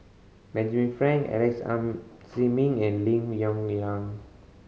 Benjamin Frank Alex Ziming and Lim Yong Liang